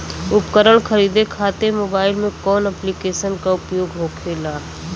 उपकरण खरीदे खाते मोबाइल में कौन ऐप्लिकेशन का उपयोग होखेला?